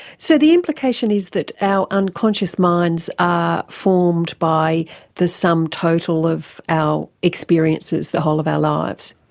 so the implication is that our unconscious minds are formed by the sum total of our experiences the whole of our lives.